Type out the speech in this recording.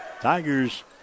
Tigers